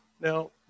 Now